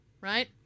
right